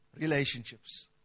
Relationships